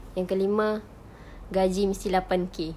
yang kelima gaji mesti lapan K